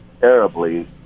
terribly